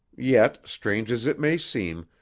yet, strange as it may seem,